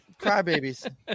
crybabies